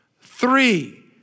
Three